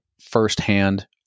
Firsthand